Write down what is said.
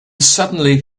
suddenly